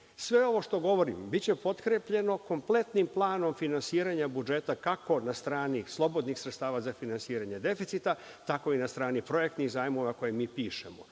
ovo što govorim biće potkrepljeno kompletnim planom finansiranja budžeta, kako na strani slobodnih sredstava za finansiranje deficita, tako i na strani projektnih zajmova koje mi pišemo.